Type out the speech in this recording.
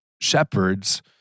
shepherds